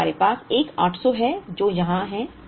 फिर हमारे पास एक 800 है जो यहां है